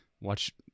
watch